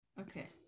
Okay